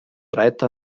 reiter